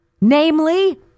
namely